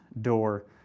door